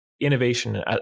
innovation